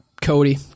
Cody